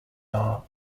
are